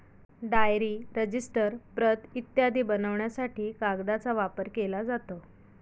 diary, register, प्रत इत्यादी बनवण्यासाठी कागदाचा वापर केला जातो